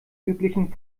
üblichen